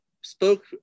spoke